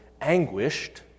anguished